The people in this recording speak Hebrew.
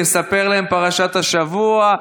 לספר להם את פרשת השבוע,